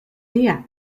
día